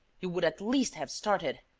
you would at least have started.